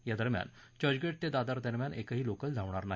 या दरम्यान चर्चगेट ते दादर दरम्यान एकही लोकल धावणार नाही